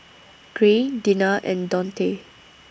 Gray Dinah and Daunte